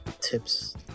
Tips